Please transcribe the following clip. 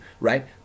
right